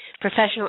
Professional